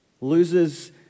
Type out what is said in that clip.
Loses